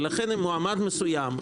ולכן מועמד מסוים,